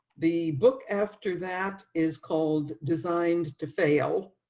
the book after that is called designed to fail.